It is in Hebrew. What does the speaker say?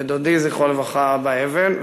ודודי, זכרו לברכה, אבא אבן.